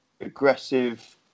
aggressive